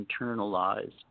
internalized